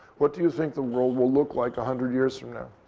what do you think the world will look like a hundred years from now?